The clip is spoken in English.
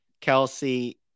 Kelsey